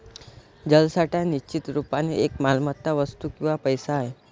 जलसाठा निश्चित रुपाने एक मालमत्ता, वस्तू किंवा पैसा आहे